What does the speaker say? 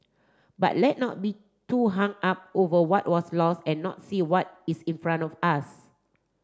but let not be too hung up over what was lost and not see what is in front of us